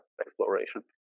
exploration